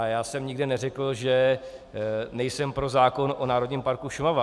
Já jsem nikde neřekl, že nejsem pro zákon o Národním parku Šumava.